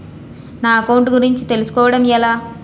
నా అకౌంట్ గురించి తెలుసు కోవడం ఎలా?